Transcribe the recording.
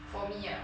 for me ah